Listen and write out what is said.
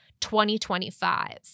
2025